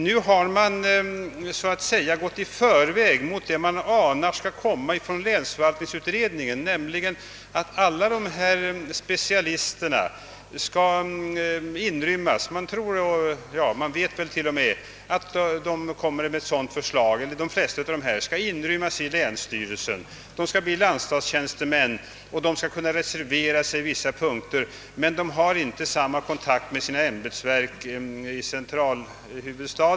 Nu har man så att säga föregripit det förslag som man anar eller till och med vet skall framläggas av länsförvaltningsutredningen, nämligen att de flesta av dessa specialister föreslås skola inrymmas i länsstyrelsen. De skall bli landsstatstjänstemän med rätt att reservera sig, men de kommer inte att ha samma kontakt med sina ämbetsverk i huvudstaden.